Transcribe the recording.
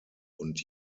und